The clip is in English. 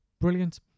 brilliant